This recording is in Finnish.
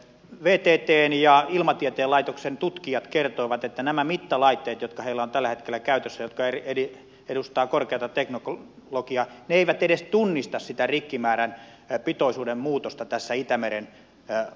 vttn ja ilmatieteen laitoksen tutkijat kertoivat että nämä mittalaitteet jotka heillä on tällä hetkellä käytössä jotka edustavat korkeata teknologiaa eivät edes tunnista sitä rikkipitoisuuden muutosta tässä itämeren alueella